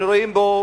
אנו רואים בו